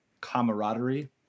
camaraderie